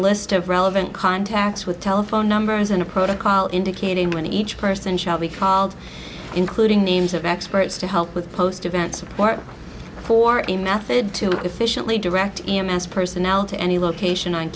list of relevant contacts with telephone numbers and a protocol indicating when each person shall be called including names of experts to help with post event support for in math or to efficiently direct him as personnel to any location on